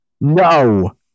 no